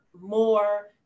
more